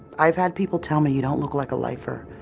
i have had people tell me, you don't look like a lifer.